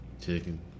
Chicken